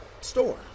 store